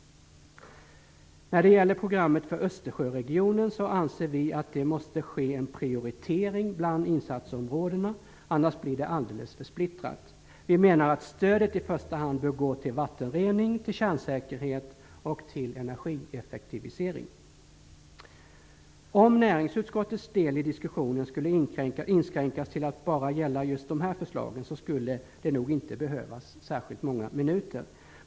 När det gäller programmet för Österjöregionen anser vi att det måste ske en prioritering bland insatsområdena. Annars blir det alldeles för splittrat. Vi menar att stödet i första hand bör gå till vattenrening, kärnsäkerhet och energieffektivisering. Om näringsutskottets del i diskussionen skulle inskränkas till att bara gälla just de här förslagen, skulle det nog inte behövas särskilt många minuter.